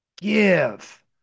give